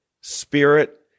spirit